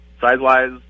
Size-wise